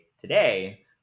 today